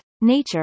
nature